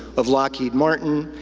of lockheed martin,